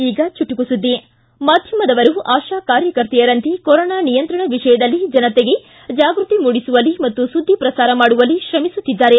ಈಗ ಚುಟುಕು ಸುದ್ದಿ ಮಾಧ್ಯಮದವರು ಆಶಾ ಕಾರ್ಯಕರ್ತೆಯರಂತೆ ಕೊರೊನಾ ನಿಯಂತ್ರಣ ವಿಷಯದಲ್ಲಿ ಜನತೆಗೆ ಜಾಗೃತಿ ಮೂಡಿಸುವಲ್ಲಿ ಮತ್ತು ಸುದ್ದಿ ಪ್ರಸಾರ ಮಾಡುವಲ್ಲಿ ಶ್ರಮಿಸುತ್ತಿದ್ಲಾರೆ